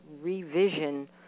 revision